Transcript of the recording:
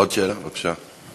עוד שאלה, בבקשה.